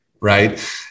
Right